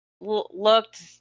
looked